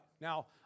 Now